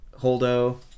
Holdo